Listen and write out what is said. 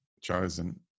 chosen